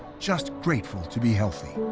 just grateful to be healthy.